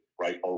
right